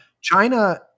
China